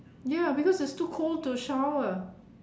ya because it's too cold to shower